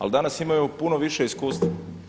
Ali danas imaju puno više iskustava.